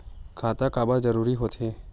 खाता काबर जरूरी हो थे?